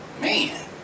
Man